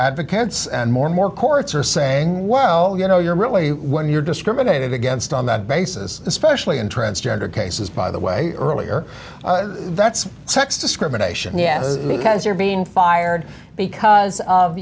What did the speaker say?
advocates and more and more courts are saying wow you know you're really when you're discriminated against on that basis especially in transgender cases by the way earlier that's sex discrimination because you're being hired because of